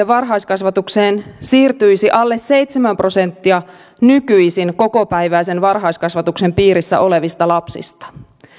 varhaiskasvatukseen siirtyisi alle seitsemän prosenttia nykyisin kokopäiväisen varhaiskasvatuksen piirissä olevista lapsista